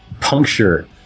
puncture